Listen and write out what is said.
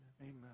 Amen